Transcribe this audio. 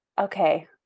okay